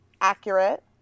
accurate